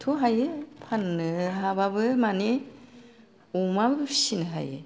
थ' हायो फाननो हाबाबो मानि अमाबो फिसिनो हायो